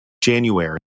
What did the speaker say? January